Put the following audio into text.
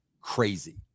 crazy